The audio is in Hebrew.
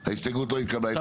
0 ההסתייגות לא התקבלה.